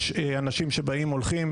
יש אנשים שבאים והולכים.